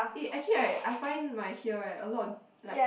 eh actually I I find my here right a lot of like